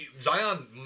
Zion